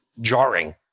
jarring